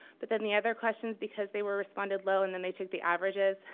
but then the other questions because they were responded low, and then they took the averages,